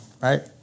right